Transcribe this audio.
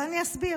ואני אסביר.